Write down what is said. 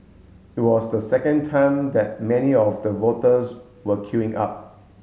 it was the second time that many of the voters were queuing up